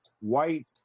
white